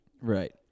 Right